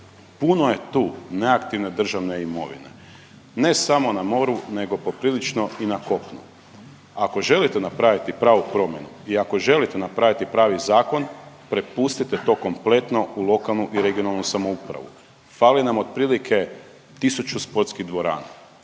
Puno je tu neaktivne državne imovine, ne samo na moru nego poprilično i na kopnu. Ako želite napraviti pravu promjenu i ako želite napraviti pravi zakon prepustite to kompletno u lokalnu i regionalnu samoupravu. Fali nam otprilike tisuću sportskih dvorana,